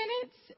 minutes